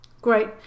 Great